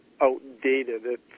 outdated